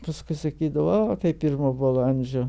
paskui sakydavo o tai pirmo balandžio